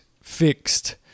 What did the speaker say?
fixed